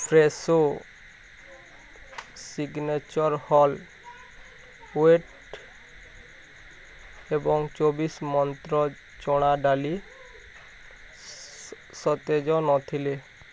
Fresho signature whole wheat multigrain cookies ଏବଂ ଚବିଶି ମନ୍ତ୍ର ଚଣା ଡ଼ାଲି ସତେଜ ନଥିଲେ